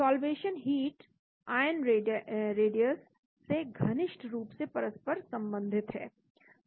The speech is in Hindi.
सॉल्वेशन हीट आयन रेडियस से घनिष्ठ रूप से परस्पर संबंधित होती है